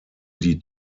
die